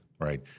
right